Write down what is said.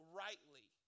rightly